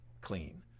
clean